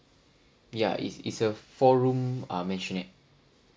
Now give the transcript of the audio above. ya is is a four room uh mansionette